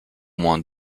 moins